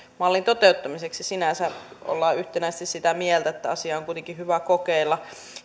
mallin toteuttamiseksi sinänsä ollaan yhtenäisesti sitä mieltä että asiaa on kuitenkin hyvä kokeilla